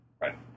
Right